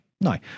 No